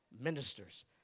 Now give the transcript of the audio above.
ministers